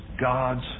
God's